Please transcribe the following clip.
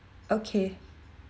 okay